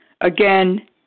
again